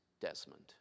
Desmond